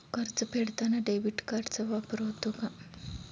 कर्ज फेडताना डेबिट कार्डचा वापर होतो का?